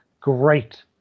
great